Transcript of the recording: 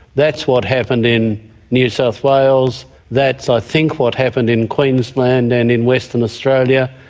that's what happened in new south wales, that's i think what happened in queensland and in western australia.